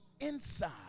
inside